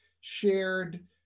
shared